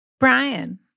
Brian